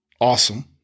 awesome